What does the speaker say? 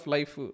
Life